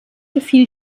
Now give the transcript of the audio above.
gefiel